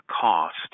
cost